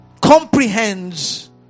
comprehends